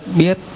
biết